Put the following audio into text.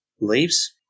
leaves